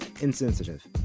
insensitive